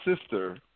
sister